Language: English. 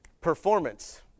performance